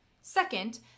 Second